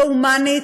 לא הומנית,